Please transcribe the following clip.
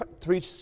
three